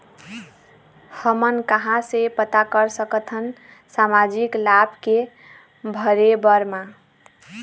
हमन कहां से पता कर सकथन सामाजिक लाभ के भरे बर मा?